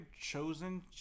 chosen